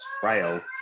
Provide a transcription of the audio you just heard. frail